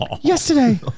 Yesterday